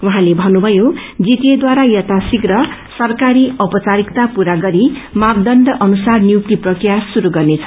उहाँले भन्नुभयो जाटिए यथाशीव्र सराकारी औपचारिकता पूरा गरी मापदण्ड अनुसार नियुक्ति प्रक्रिया शुरू गर्नेछ